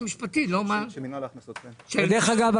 המשפטי של מנהל ההכנסות --- דרך אגב,